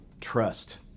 trust